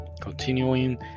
continuing